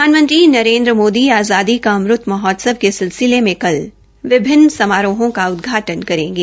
प्रधानमंत्री नरेंद्र मोदी आज़ादी का अमरूत महोत्सव के सिललिसे में कल विभिन्न समारोहों का उद्घाटन करेंगे